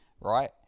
right